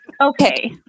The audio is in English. Okay